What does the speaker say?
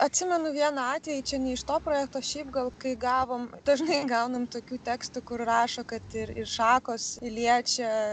atsimenu vieną atvejį čia ne iš to projekto šiaip gal kai gavom dažnai gaunam tokių tekstų kur rašo kad ir ir šakos liečia